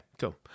cool